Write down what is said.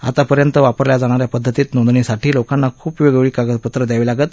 आतापर्यंत वापरल्या जाणाऱ्या पद्धतीत नोंदणीसाठी लोकांना खूप वेगवेगळी कागदपत्रं द्यावी लागत